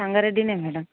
సంగారెడ్డినే madam